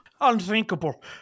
unthinkable